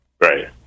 Right